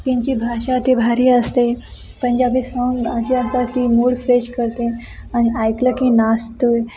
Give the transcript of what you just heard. त्यांची भाषा ती भारी असते पंजाबी साँग अशी असतात की मूड फ्रेश करते आणि ऐकलं की नाचतो आहे